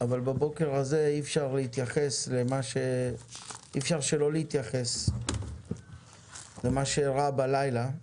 אבל בבוקר הזה אי אפשר שלא להתייחס למה שאירע בלילה,